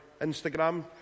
Instagram